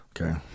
Okay